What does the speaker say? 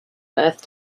birth